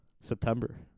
September